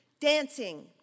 Dancing